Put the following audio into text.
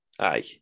Aye